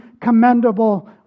commendable